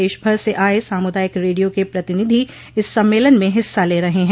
देश भर से आये सामुदायिक रेडियो के प्रतिनिधि इस सम्मेलन में हिस्सा ल रहे हैं